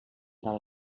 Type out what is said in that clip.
del